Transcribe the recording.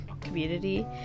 community